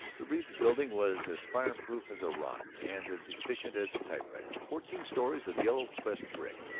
the reeves building was as fireproof as a rock and as efficient as a typewriter fourteen stories of yellow pressed brick,